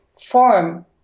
form